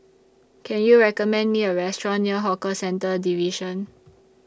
Can YOU recommend Me A Restaurant near Hawker Centres Division